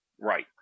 Right